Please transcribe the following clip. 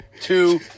two